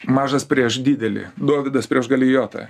mažas prieš didelį dovydas prieš galijotą